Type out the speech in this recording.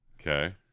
Okay